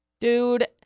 dude